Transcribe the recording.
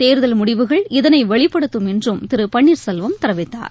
தேர்தல் முடிவுகள் இதனை வெளிப்படுத்தும் என்றும் திரு பன்னீர்செல்வம் தெரிவித்தார்